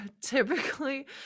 typically